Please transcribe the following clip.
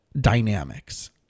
dynamics